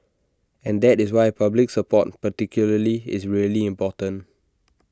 and that is why public support particularly is really important